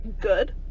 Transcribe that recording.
good